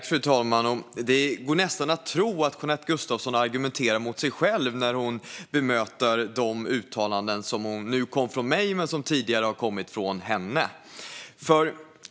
Fru talman! Det går nästan att tro att Jeanette Gustafsson argumenterar mot sig själv när hon bemöter de uttalanden som nu kom från mig men som tidigare har kommit från henne.